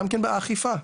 גם באכיפה,